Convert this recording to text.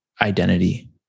identity